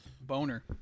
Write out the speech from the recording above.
Boner